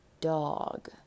dog